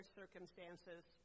circumstances